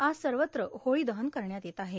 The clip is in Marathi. आज सर्वत्र होळी दहण करण्यात येत आहे